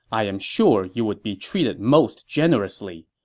i am sure you would be treated most generously.